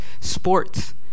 sports